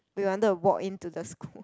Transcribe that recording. we wanted to walk in to the school